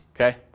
Okay